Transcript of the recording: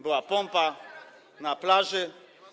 Była pompa na plaży.